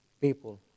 people